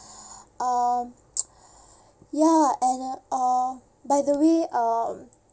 um ya and uh by the way uh